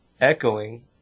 echoing